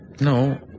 No